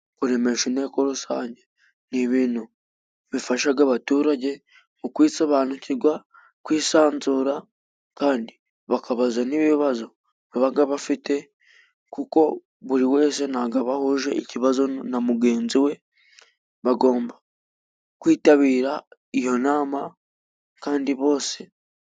Kuremesha inteko rusange ni ibintu bifashaga abaturage mu kwisobanukigwa, kwisanzura kandi bakabaza n'ibibazo babaga bafite kuko buri wese ntabwo aba ahuje ikibazo na mugenzi we. Bagomba kwitabira iyo nama kandi bose.